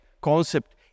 concept